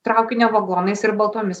traukinio vagonais ir baltomis